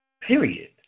period